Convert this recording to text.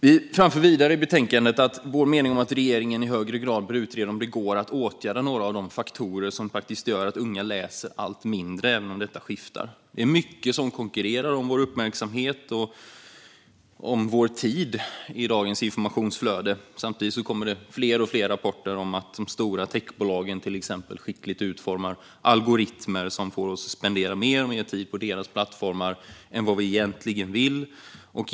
Vi framför vidare i betänkandet att vår mening är att regeringen i högre grad bör utreda om det går att åtgärda några faktorer som gör att unga läser allt mindre, även om det skiftar. Det är mycket som konkurrerar om vår uppmärksamhet och tid i dagens informationsflöde. Samtidigt kommer fler och fler rapporter om att de stora techbolagen skickligt utformar algoritmer som får oss att spendera mer och mer tid på deras plattformar än vad vi egentligen vill.